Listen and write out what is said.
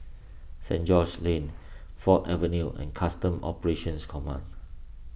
Saint George's Lane Ford Avenue and Customs Operations Command